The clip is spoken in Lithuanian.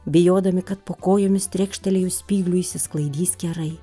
bijodami kad po kojomis trekštelėjus spygliui išsisklaidys kerai